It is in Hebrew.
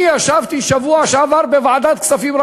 אני ישבתי בשבוע שעבר בוועדת הכספים.